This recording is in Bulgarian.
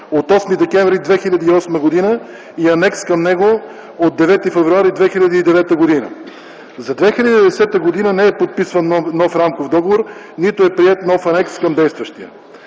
от 8 декември 2008 г. и Анекс към него от 9 февруари 2009 г. За 2010 г. не е подписван нов рамков договор, нито е приет нов анекс към действащия.